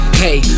hey